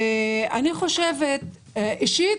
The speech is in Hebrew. אישית,